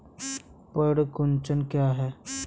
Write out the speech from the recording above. पर्ण कुंचन क्या है?